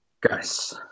guys